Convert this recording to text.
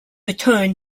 return